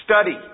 study